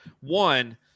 one